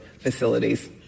facilities